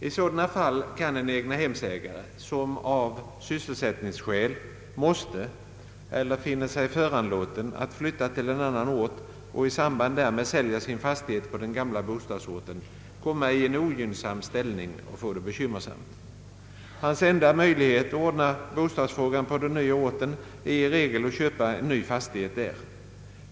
I sådana fall kan en egnahemsägare, som av sysselsättningsskäl måste eller finner sig föranlåten att flytta till annan ort och i samband därmed säljer sin fastighet på den gamla bostadsorten, komma i en ogynnsam ställning och få det bekymmersamt. I de flesta fall är hans enda möjlighet att ordna bostadsfrågan på den nya orten att köpa en ny fastighet där.